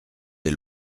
des